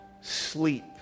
sleep